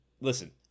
Listen